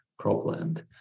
cropland